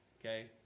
okay